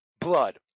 blood